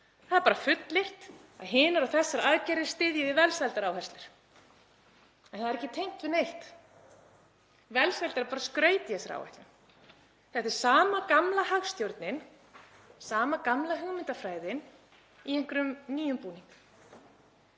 Það er bara fullyrt að hinar og þessar aðgerðir styðji við velsældaráherslur en það er ekki tengt við neitt. Velsæld er bara skraut í þessari áætlun. Þetta er sama gamla hagstjórnin, sama gamla hugmyndafræðin í einhverjum nýjum búning.